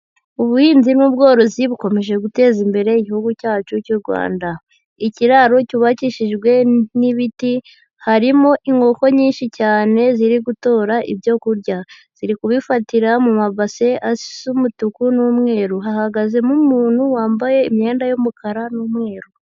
Ubuhinzi n'ubworozi bukomeje guteza imbere Igihugu cyacu cy'u Rwanda. Ikiraro cyubakishijwe n'ibiti, harimo inkoko nyinshi cyane ziri gutora ibyo kurya, ziri kubifatira mu mabase asa umutuku n'umweru, hahagazemo umuntu, wambaye imyenda y'umukara n'umweru.